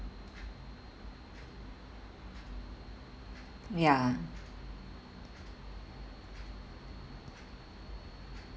ya